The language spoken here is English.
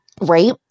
Right